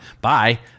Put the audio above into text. bye